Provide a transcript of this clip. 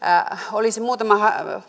olisin muutaman